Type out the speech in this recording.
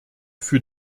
für